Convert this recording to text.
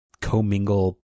co-mingle